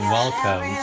welcome